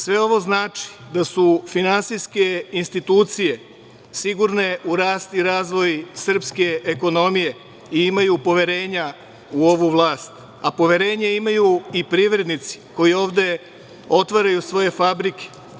Sve ovo znači da su finansijske institucije sigurne u rast i razvoj srpske ekonomije i imaju poverenja u ovu vlast, a poverenje imaju i privrednici koji ovde otvaraju svoje fabrike.